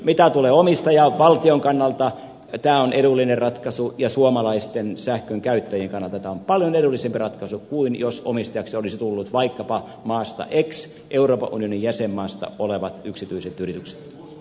mitä tulee omistajaan valtioon niin tämä on edullinen ratkaisu ja suomalaisten sähkönkäyttäjien kannalta tämä on paljon edullisempi ratkaisu kuin jos omistajaksi olisi tullut vaikkapa maasta x euroopan unionin jäsenmaasta tulevat yksityiset yritykset